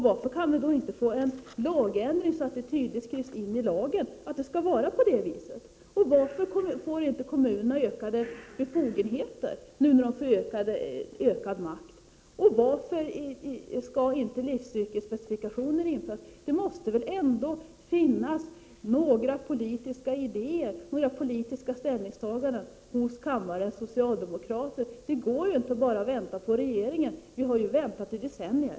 Varför kan vi då inte få en lagändring till stånd så att det tydligt skrivs in i lagen att det skall förhålla sig på det sättet? Varför får inte kommunerna ökade befogenheter nu när deras makt ökas? Varför skall inte livscykelspecifikationen införas? Det måste väl ändå finnas några politiska idéer, några politiska ställningstaganden hos kammarens socialdemokrater. Det går inte att bara vänta på att regeringen skall ta ställning. Vi har ju väntat i decennier.